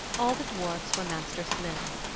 all the dwarfs were master-smiths,